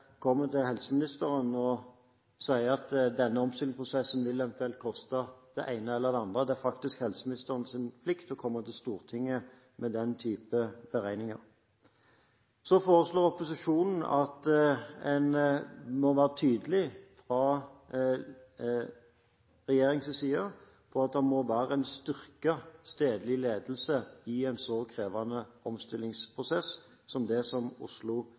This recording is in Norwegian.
kommer til helseministeren og sier at denne omstillingsprosessen vil koste det ene eller det andre; det er faktisk helseministerens plikt å komme til Stortinget med den type beregninger. Så foreslår opposisjonen at en fra regjeringens side må være tydelig på at det må være en styrket stedlig ledelse i en så krevende omstillingsprosess som det Oslo